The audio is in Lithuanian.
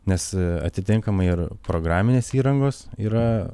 nes atitinkamai ir programinės įrangos yra